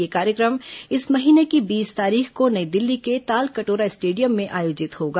यह कार्यक्रम इस महीने की बीस तारीख को नई दिल्ली के तालकटोरा स्टेडियम में आयोजित होगा